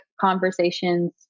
conversations